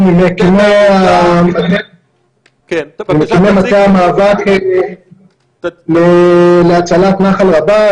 אנחנו ממקימי מטה המאבק להצלת נחל רבה.